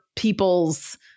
people's